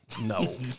No